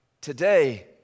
Today